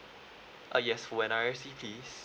ah yes full N_R_I_C please